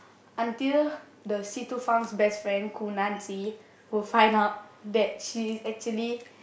until the Si Tu Feng's best friend Gu Nan Xi will find out that she is actually